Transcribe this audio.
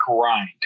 grind